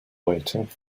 waiting